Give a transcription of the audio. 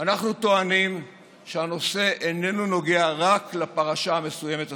אנחנו טוענים שהנושא איננו נוגע רק לפרשה המסוימת הזאת.